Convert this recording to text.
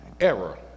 error